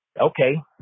okay